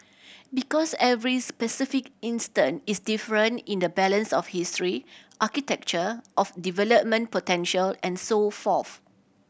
because every specific instance is different in the balance of history architecture of development potential and so forth